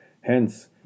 Hence